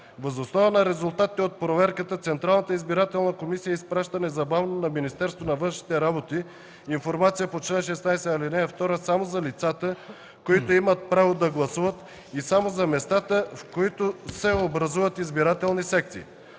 Въз основа на резултатите от проверката Централната избирателна комисия изпраща незабавно на Министерството на външните работи информацията по чл. 16, ал. 2 само за лицата, които имат право да гласуват, и само за местата, в които се образуват избирателни секции.